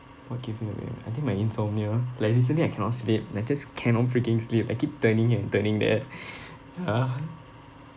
what keep me awake at night I think my insomnia like recently I cannot sleep like just cannot freaking sleep I keep turning here and turning there ya